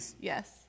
Yes